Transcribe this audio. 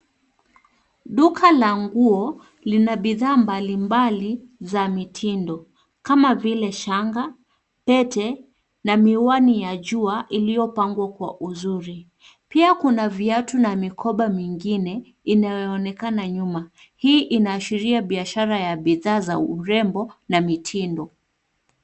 Duka la nguo linabidhaa mbalimbali za mitindo kama vile shati, kanga, pete na miwani ya jua iliyopangwa kwa uzuri pia kuna viatu na mikoba mingine inayoonekana nyuma hii inaashiria biashara ya bidhaa za urembo na mitindo.